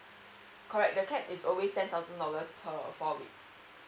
correct the cap is always ten thousand dollars per for weeks